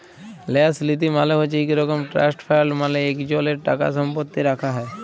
ল্যাস লীতি মালে হছে ইক রকম ট্রাস্ট ফাল্ড মালে ইকজলের টাকাসম্পত্তি রাখ্যা হ্যয়